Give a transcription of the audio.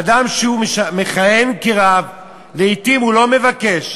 אדם שמכהן כרב לעתים הוא לא מבקש,